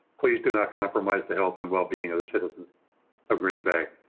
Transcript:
please do not compromise the health and wellbeing of the citizens of green bay.